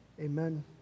Amen